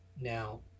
Now